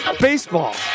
Baseball